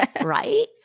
right